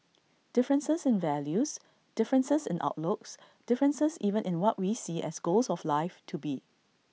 differences in values differences in outlooks differences even in what we see as goals of life to be